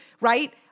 right